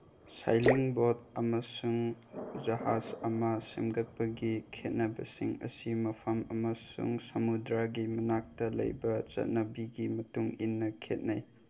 sailing ꯕꯣꯠ ꯑꯃꯁꯨꯡ ꯖꯍꯥꯁ ꯑꯃ ꯁꯦꯝꯒꯠꯄꯒꯤ ꯈꯦꯠꯅꯕꯁꯤꯡ ꯑꯁꯤ ꯃꯐꯝ ꯑꯃꯁꯨꯡ ꯁꯃꯨꯗ꯭ꯔꯒꯤ ꯃꯅꯥꯛꯇ ꯂꯩꯕ ꯆꯠꯅꯕꯤꯒꯤ ꯃꯇꯨꯡꯏꯟꯅ ꯈꯦꯠꯅꯩ